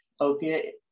opiate